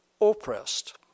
oppressed